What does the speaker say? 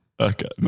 Okay